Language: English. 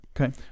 Okay